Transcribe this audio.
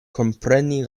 kompreni